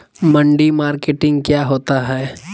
मंडी मार्केटिंग क्या होता है?